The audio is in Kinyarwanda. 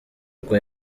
bwo